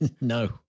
No